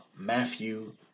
Matthew